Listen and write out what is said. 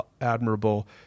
admirable